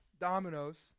dominoes